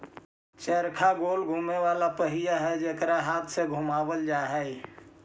चरखा गोल घुमें वाला पहिया हई जेकरा हाथ से घुमावल जा हई